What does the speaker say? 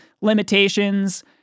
limitations